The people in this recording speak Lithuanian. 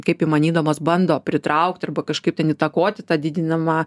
kaip įmanydamos bando pritraukt arba kažkaip ten įtakoti tą didinimą